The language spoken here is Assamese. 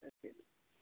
তাকে